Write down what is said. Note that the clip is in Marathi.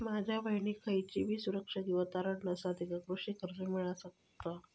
माझ्या बहिणीक खयचीबी सुरक्षा किंवा तारण नसा तिका कृषी कर्ज कसा मेळतल?